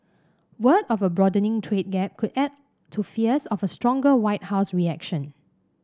word of a broadening trade gap could add to fears of a stronger White House reaction